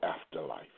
afterlife